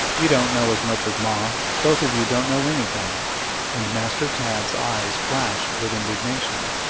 you don't know as much as ma. both of you don't know anything and master tad's eyes flashed with indignation.